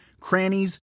crannies